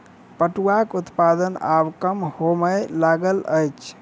पटुआक उत्पादन आब कम होमय लागल अछि